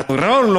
הטרור,